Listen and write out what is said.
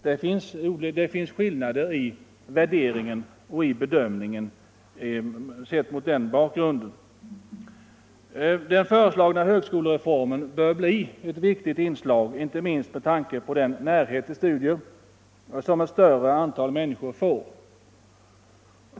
Man finner skillnader i värderingen och bedömningen mot den bakgrunden. Den föreslagna högskolereformen bör bli ett viktigt inslag inte minst med tanke på den närhet till studier som ett större antal människor får.